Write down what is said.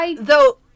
Though-